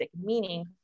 meaning